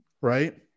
Right